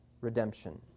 redemption